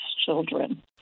children